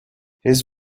his